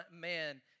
man